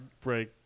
break